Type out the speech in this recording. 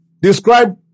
Describe